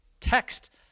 text